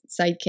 sidekick